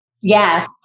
Yes